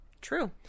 True